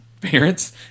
parents